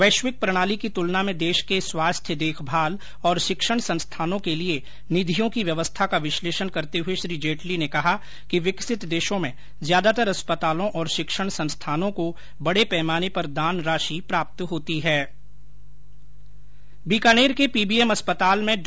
वैश्विक प्रणाली की तुलना में देश के स्वास्थ्य देखभाल और शिक्षण संस्थानों के लिए निधियों की व्यवस्था का विश्लेषण करते हुए श्री जेटली ने कहा कि विकसित देशों में ज्यादातर अस्पतालों और शिक्षण संस्थानों को बड़े पैमाने पर दान राशि प्राप्त होती है और यह धनराशि इन संस्थानों के पूर्व छात्रों से मिलती है